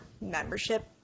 membership